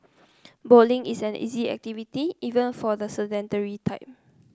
bowling is an easy activity even for the sedentary type